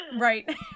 Right